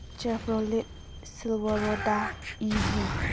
Chevrolet ꯁꯤꯜꯕꯔꯣꯗꯥ ꯏ V